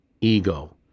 ego